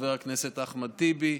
חבר הכנסת אחמד טיבי.